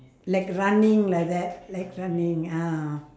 like running like that like running ah